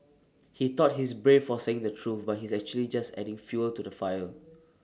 he thought he's brave for saying the truth but he's actually just adding fuel to the fire